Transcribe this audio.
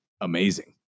amazing